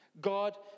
God